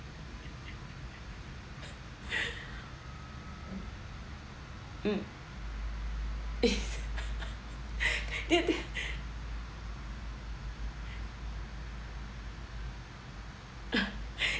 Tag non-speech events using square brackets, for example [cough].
[breath] mm [laughs] [laughs]